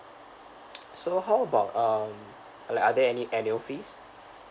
so how about um like are there any annual fees